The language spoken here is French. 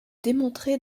démontrée